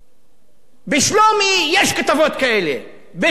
בשלומי יש כתבות כאלה, בטייבה יש,